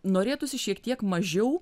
norėtųsi šiek tiek mažiau